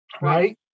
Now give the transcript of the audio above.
right